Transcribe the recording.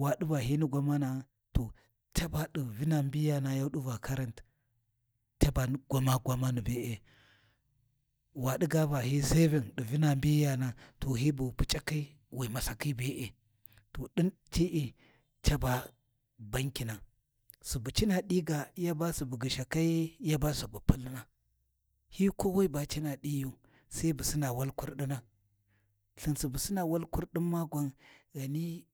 Wa di va hi ni gwamana’a to caba ɗi vina mbiyana ya ɗi va current caba ni gwama gwamani be’e, wa ɗi ga va hi saving ɗi vina mbiyana hi bu Puc’akhi wi masakhi be’e. To ɗin ci’i caba bankina, subu cina ɗi ga, yaba subu gyishakai yaba subu pulna. Hi kowai ba cina ɗiyu sai bu sina wal kurɗina. Lthin subu sina wal kurɗin ma gwan ghani.